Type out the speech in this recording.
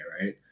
right